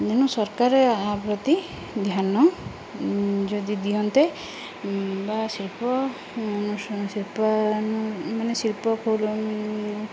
ତେଣୁ ସରକାର ଆ ପ୍ରତି ଧ୍ୟାନ ଯଦି ଦିଅନ୍ତେ ବା ଶିଳ୍ପ ଶିଳ୍ପ ମାନେ ଶିଳ୍ପ